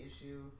issue